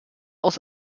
aus